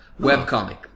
webcomic